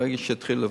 ברגע שיתחילו לבנות.